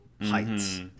heights